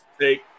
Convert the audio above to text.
take